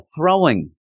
throwing